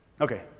Okay